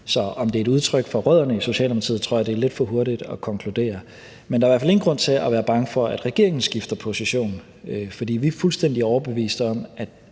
Om det så er et udtryk for rødderne i Socialdemokratiet, tror jeg det er lidt for hurtigt at konkludere. Men der er i hvert fald ingen grund til at være bange for, at regeringen skifter position, for vi er fuldstændig overbevist om,